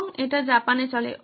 এবং এটি জাপানে চলে